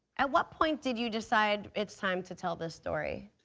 at what point did you decide it's time to tell this story?